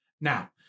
Now